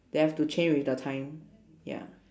they have to change with the time ya